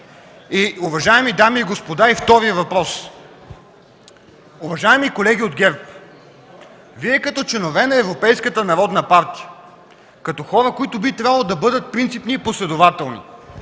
Уважаеми дами и господа, вторият въпрос. Уважаеми колеги от ГЕРБ, като членове на Европейската народна партия, като хора, които би трябвало да бъдат принципни и последователни